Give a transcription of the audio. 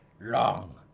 long